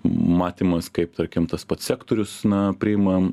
matymas kaip tarkim tas pats sektorius na priima